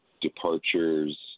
departures